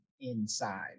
inside